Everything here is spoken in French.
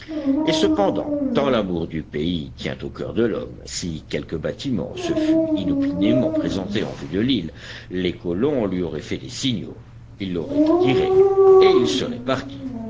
et cependant tant l'amour du pays tient au coeur de l'homme si quelque bâtiment se fût inopinément présenté en vue de l'île les colons lui auraient fait des signaux ils l'auraient attiré et ils seraient partis